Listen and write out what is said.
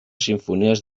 simfonies